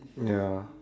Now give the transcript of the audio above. ya